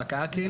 שפקעה?